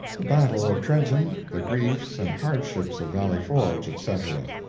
the battle of trenton, the griefs and hardships of valley forge, etc.